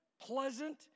pleasant